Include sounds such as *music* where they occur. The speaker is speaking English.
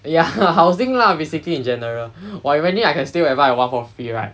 ya *laughs* housing lah basically in general !wah! if only I can stay wherever I want for free right